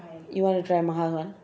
you want to try maha's [one]